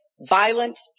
violent